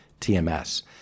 TMS